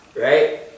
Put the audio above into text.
right